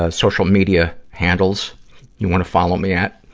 ah social media handles you wanna follow me at,